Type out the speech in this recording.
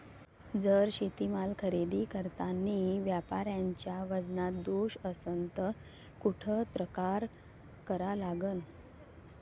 जर शेतीमाल खरेदी करतांनी व्यापाऱ्याच्या वजनात दोष असन त कुठ तक्रार करा लागन?